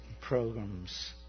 programs